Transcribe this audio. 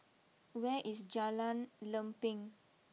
where is Jalan Lempeng